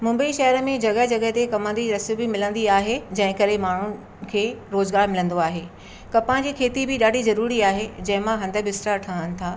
मुंबई शहर में जॻहि जॻहि ते कमंद जी रस बि मिलंदी आहे जंहिं करे माण्हू खे रोज़गारु मिलंदो आहे कपान जी खेती बि ॾाढी ज़रूरी आहे जंहिं मां हंदु बिस्तर ठहनि था